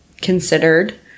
considered